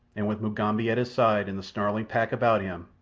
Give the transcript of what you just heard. and with mugambi at his side and the snarling pack about him,